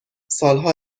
سالها